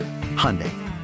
Hyundai